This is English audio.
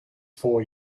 four